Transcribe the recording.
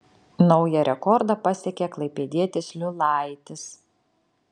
naują rekordą pasiekė klaipėdietis liulaitis